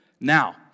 Now